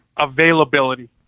Availability